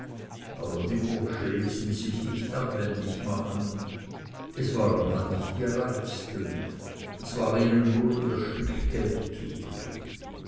aber die bursche ließen sich nicht abwendig machen es waren halt nicht die reichsten und es war ihnen nur um das stück geld zu tun